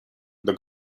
the